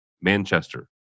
manchester